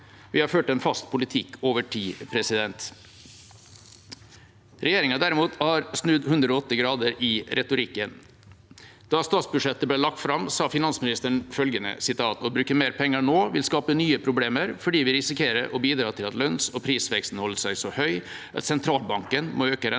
Vi har ført en fast politikk over tid. Regjeringa har derimot snudd 180 grader i retorikken. Da statsbudsjettet ble lagt fram, sa finansministeren følgende: «Å bruke mer penger nå vil skape nye problemer, fordi vi risikerer å bidra til at lønns- og prisveksten holder seg så høy at sentralbanken må øke renta